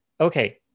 Okay